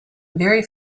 very